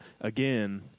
again